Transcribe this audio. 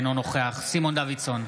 אינו נוכח סימון דוידסון,